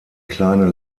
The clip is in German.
kleine